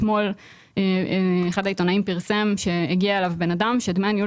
אתמול אחד העיתונאים פרסם שהגיע אליו בן אדם שדמי הניהול